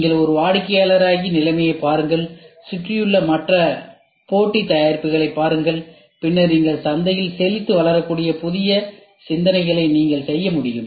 நீங்கள் ஒரு வாடிக்கையாளராகி நிலைமையைப் பாருங்கள் சுற்றியுள்ள மற்ற போட்டி தயாரிப்புகளைப் பாருங்கள் பின்னர் நீங்கள் சந்தையில் செழித்து வளரக்கூடிய புதிய சிந்தனைகளை நீங்கள் செய்ய முடியும்